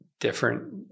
different